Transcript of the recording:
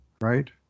right